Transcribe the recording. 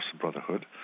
Brotherhood